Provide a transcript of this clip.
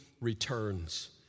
returns